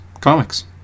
comics